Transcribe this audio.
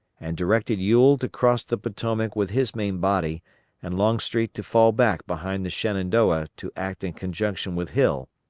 and directed ewell to cross the potomac with his main body and longstreet to fall back behind the shenandoah to act in conjunction with hill,